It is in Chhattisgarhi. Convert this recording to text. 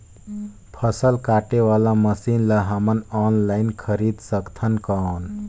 फसल काटे वाला मशीन ला हमन ऑनलाइन खरीद सकथन कौन?